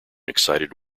excited